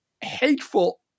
hateful